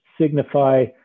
signify